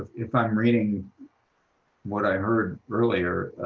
if if i'm reading what i heard earlier,